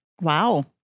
Wow